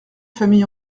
famille